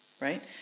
right